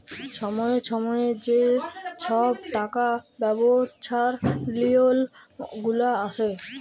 ছময়ে ছময়ে যে ছব টাকা ব্যবছার লিওল গুলা আসে